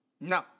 No